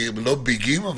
לא ביגים,